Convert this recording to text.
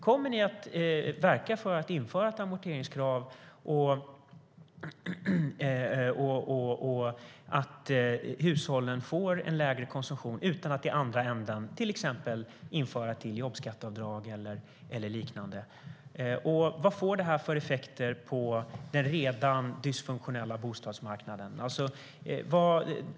Kommer ni att verka för att införa ett amorteringskrav och att hushållen får en lägre konsumtion utan att i andra änden till exempel införa ett till jobbskatteavdrag eller liknande? Vad får det för effekter på den redan dysfunktionella bostadsmarknaden?